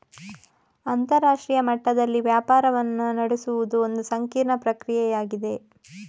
ಅಂತರರಾಷ್ಟ್ರೀಯ ಮಟ್ಟದಲ್ಲಿ ವ್ಯಾಪಾರವನ್ನು ನಡೆಸುವುದು ಒಂದು ಸಂಕೀರ್ಣ ಪ್ರಕ್ರಿಯೆಯಾಗಿದೆ